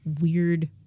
weird